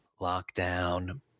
Lockdown